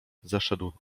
zeszedł